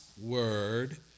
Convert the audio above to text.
word